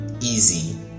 easy